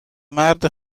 مرد